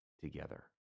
together